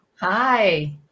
Hi